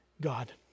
God